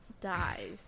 dies